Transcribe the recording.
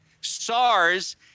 sars